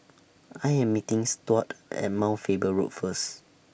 I Am meeting Stuart At Mount Faber Road First